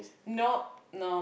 nope no